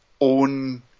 own